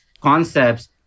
concepts